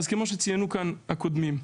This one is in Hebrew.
כמו שציינו כאן קודמיי,